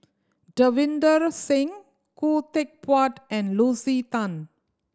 Davinder Singh Khoo Teck Puat and Lucy Tan